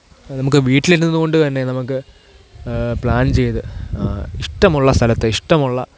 നമുക്ക് വീട്ടിലിരുന്നു കൊണ്ട് തന്നെ നമുക്ക് പ്ലാൻ ചെയ്ത് ഇഷ്ടമുള്ള സ്ഥലത്ത് ഇഷ്ടമുള്ള